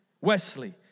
Wesley